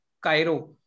Cairo